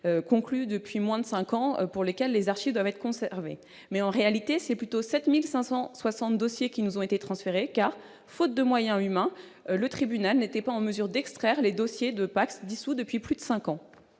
conclus depuis moins de cinq ans, pour lesquels les archives doivent être conservées. En réalité, 7 560 dossiers ont été transférés, car, faute de moyens humains, le tribunal n'était pas en mesure d'extraire les dossiers de PACS dissous depuis plus de cinq ans.